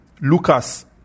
Lucas